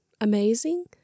amazing